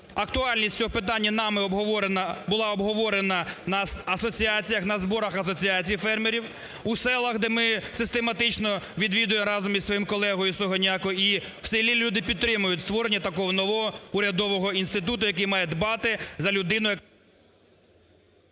Актуальність цього питання нами обговорена, була обговорена на асоціаціях, на зборах асоціацій фермерів у селах, де ми систематично відвідуємо разом із своїм колегою Сугоняко, і в селі люди підтримують створення такого нового урядового інституту, який має дбати за людину…